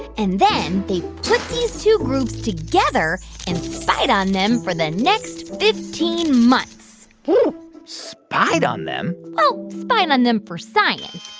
and then they put these two groups together and spied on them for the next fifteen months spied on them? well, spied on them for science.